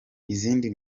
izindi